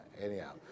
anyhow